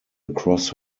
across